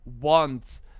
want